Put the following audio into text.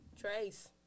Trace